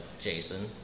Jason